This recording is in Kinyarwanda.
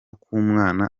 k’umwana